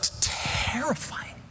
terrifying